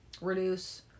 reduce